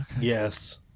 Yes